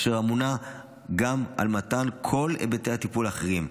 אשר אמונה גם על מתן כל היבטי הטיפול האחרים,